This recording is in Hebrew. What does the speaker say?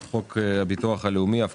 על סדר היום הצעת חוק הביטוח הלאומי (תיקון